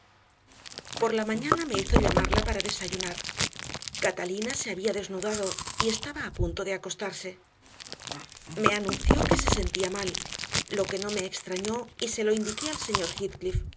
por la mañana me hizo llamarla para desayunar catalina se había desnudado y estaba a punto de acostarse me anunció que se sentía mal lo que no me extrañó y se lo indiqué al señor